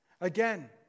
Again